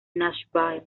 nashville